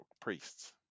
priests